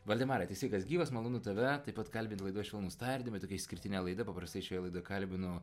valdemarai tai sveikas gyvas malonu tave taip pat kalbint laidoje švelnūs tardymai tokia išskirtinė laida paprastai šioje laidoje kalbinu